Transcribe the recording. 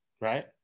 Right